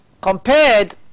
compared